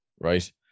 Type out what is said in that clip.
right